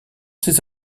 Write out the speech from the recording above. ces